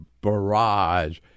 barrage